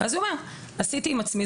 והוא היה אומר: עשיתי עם עצמי.